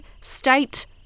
state